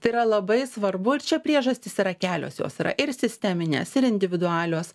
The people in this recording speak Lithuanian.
tai yra labai svarbu ir čia priežastys yra kelios jos yra ir sisteminės ir individualios